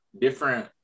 Different